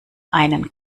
einen